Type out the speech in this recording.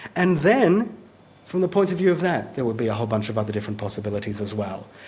and then from the point of view of that, there will be a whole bunch of other different possibilities as well.